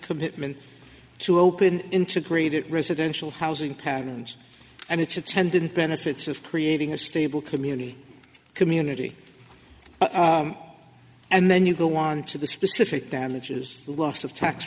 commitment to open integrated residential housing patterns and its attendant benefits of creating a stable community community and then you go on to the specific damages loss of tax